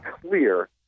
clear